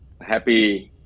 Happy